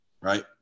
right